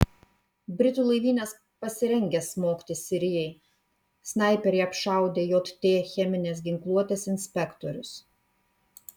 britų laivynas pasirengęs smogti sirijai snaiperiai apšaudė jt cheminės ginkluotės inspektorius